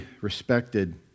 respected